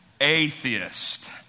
Atheist